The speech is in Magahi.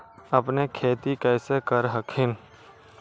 अपने खेती कैसे कर हखिन?